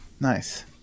nice